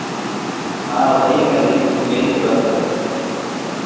हाँ बताइए में डेरी डेरी से बात कर रहा हूँ